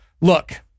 Look